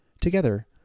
Together